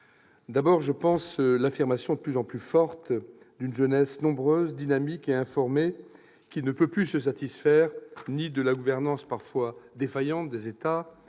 d'abord à l'affirmation de plus en plus forte d'une jeunesse nombreuse, dynamique et informée, qui ne peut plus se satisfaire ni de la gouvernance parfois défaillante des États-